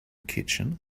kitchen